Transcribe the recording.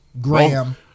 Graham